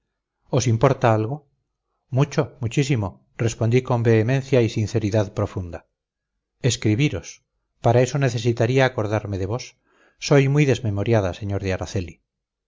os importa algo mucho muchísimo respondí con vehemencia y sinceridad profunda escribiros para eso necesitaría acordarme de vos soy muy desmemoriada señor de araceli